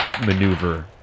maneuver